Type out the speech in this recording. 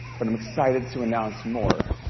but i'm excited to announce more.